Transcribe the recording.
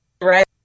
right